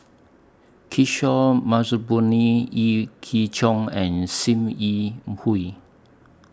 Kishore Mahbubani Yee Jong and SIM Yi Hui